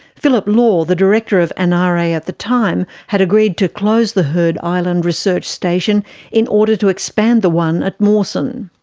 phillip law, the director of anare at the time, had agreed to close the heard island research station in order to expand the one at mawson.